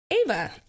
Ava